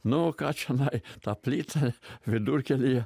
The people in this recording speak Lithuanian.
nu ką čionai ta plyta vidurkelyje